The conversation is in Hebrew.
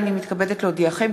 הנני מתכבדת להודיעכם,